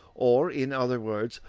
or, in other words,